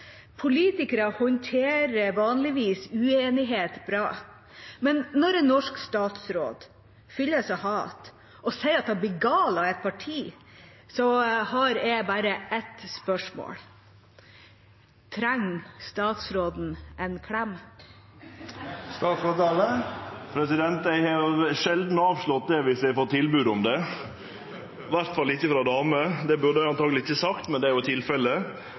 Politikere håndterer vanligvis uenighet bra, men når en norsk statsråd fylles av hat og sier han blir gal av et parti, har jeg bare ett spørsmål: Trenger statsråden en klem? Eg har sjeldan avslått det, dersom eg har fått tilbod om det – i alle fall ikkje frå damer. Det burde eg antakeleg ikkje sagt, men det er tilfellet.